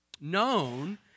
known